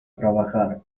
trabajar